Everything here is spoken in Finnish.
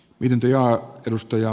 vienti ja kyvystä ja